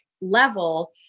Level